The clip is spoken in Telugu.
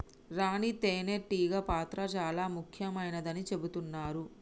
రాణి తేనే టీగ పాత్ర చాల ముఖ్యమైనదని చెబుతున్నరు